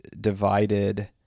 divided